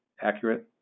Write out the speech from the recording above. accurate